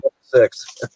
six